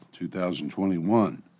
2021